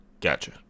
Gotcha